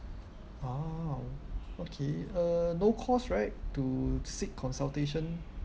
!wow! okay uh no cost right to seek consultation